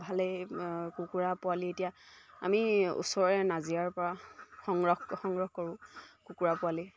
ভালেই কুকুৰা পোৱালি এতিয়া আমি ওচৰৰে নাজিৰাৰ পৰা সংগ্ৰহ সংগ্ৰহ কৰোঁ কুকুৰা পোৱালি